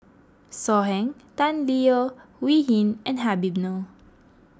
So Heng Tan Leo Wee Hin and Habib Noh